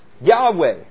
Yahweh